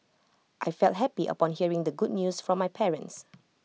I felt happy upon hearing the good news from my parents